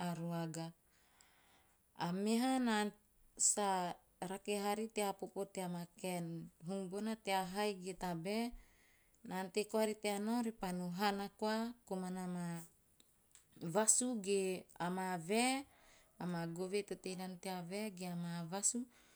a raaga. A meha, sa rake haari tea popo tea maa kaen hum bona, hai ge tabae, na ante koari tea nao repa no hana koa komana maa vasu ge, amaa vae, amaa gove to tei nana tea vae ge a maa vasu.